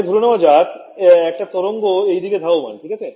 আগে ধরে নেওয়া যাক একটা তরঙ্গ এইদিকে ধাবমান ঠিক আছে